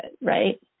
right